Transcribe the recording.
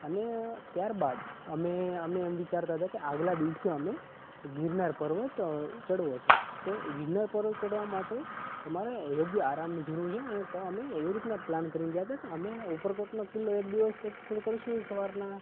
અને ત્યાર બાદ અમે એમ વિચારતા હતા કે આગલા દિવસે અમે ગિરનાર પર્વત ચઢવો છે તો ગિરનાર પર્વત ચઢવા માટે તમારે યોગ્ય આરામની જરૂર છે અને તો અમે એ રીતના પ્લાન કરીન ગયા હતા કે અમે ઉપરકોટનો કિલ્લો એક દિવસ એક્સપ્લોર કરીશું સવારના